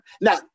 Now